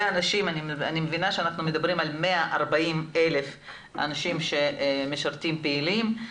אני מבינה שאנחנו מדברים על 140,000 אנשים שהם משרתים פעילים,